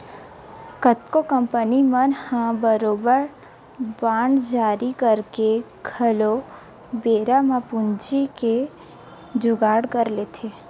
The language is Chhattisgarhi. कतको कंपनी मन ह बरोबर बांड जारी करके घलो बेरा म पूंजी के जुगाड़ कर लेथे